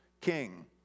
king